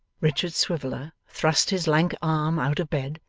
richard swiveller thrust his lank arm out of bed,